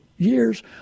years